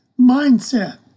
mindset